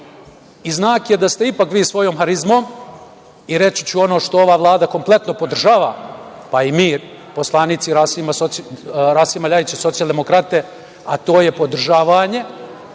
i znak da ste ipak svojom harizmom i reći ću ono što ova Vlada kompletno podržava, pa i mi poslanici Rasima Ljajića SDPS, a to je podržavanje